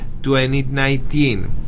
2019